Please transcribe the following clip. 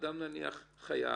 נניח אדם חייב,